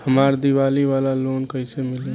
हमरा दीवाली वाला लोन कईसे मिली?